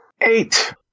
Eight